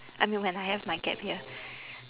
I mean when I have my gap year